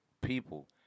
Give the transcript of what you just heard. people